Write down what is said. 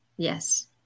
Yes